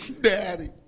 Daddy